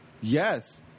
Yes